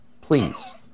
Please